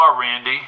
Randy